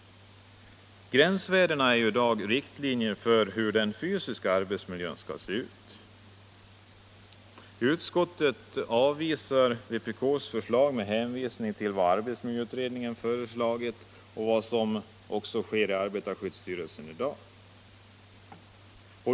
Gränsvärdena är i dag riktlinjer för hur den fysiska arbetsmiljön skall se ut. Utskottet avvisar vpk:s förslag med hänvisning till vad arbetsmiljöutredningen föreslagit och till det som i dag sker i arbetarskyddsstyrelsen.